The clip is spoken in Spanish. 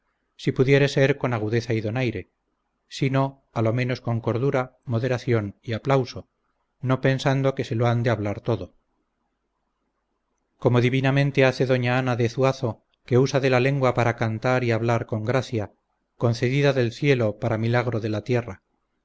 si pudiere ser con agudeza y donaire si no a lo menos con cordura moderación y aplauso no pensando que se lo han de hablar todo como divinamente hace doña ana de zuazo que usa de la lengua para cantar y hablar con gracia concedida del cielo para milagro de la tierra